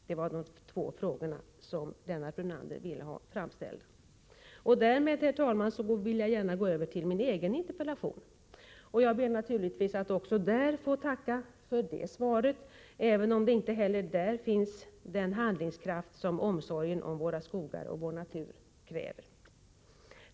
Det var de två frågor som Lennart Brunander ville ha framförda. Därmed, herr talman, vill jag gå över till min egen interpellation. Jag ber naturligtvis också att få tacka för det svaret, även om det inte heller där ges uttryck för den handlingskraft som omsorgen om våra skogar och vår natur kräver.